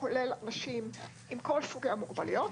שכולל אנשים עם כל סוגי המוגבלויות,